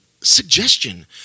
suggestion